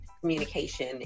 communication